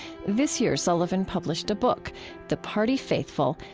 this year, sullivan published a book the party faithful.